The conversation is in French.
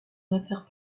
réfèrent